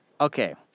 Okay